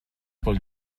pel